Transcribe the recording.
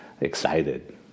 excited